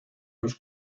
los